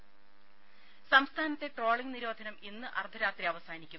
രുര സംസ്ഥാനത്തെ ട്രോളിംഗ് നിരോധനം ഇന്ന് അർദ്ധരാത്രി അവസാനിക്കും